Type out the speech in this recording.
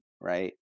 right